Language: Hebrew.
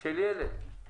של ילד,